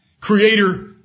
creator